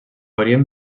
haurien